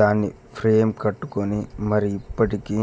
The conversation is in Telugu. దాన్ని ఫ్రేమ్ కట్టుకొని మరీ ఇప్పటికీ